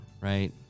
right